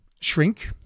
shrink